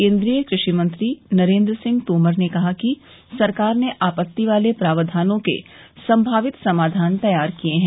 केन्द्रीय कृषि मंत्री नरेन्द्र सिंह तोमर ने कहा कि सरकार ने आपत्ति वाले प्राव्धानों के संभावित समाधान तैयार किए हैं